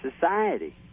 society